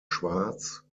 schwarz